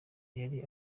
yari